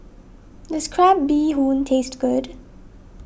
does Crab Bee Hoon taste good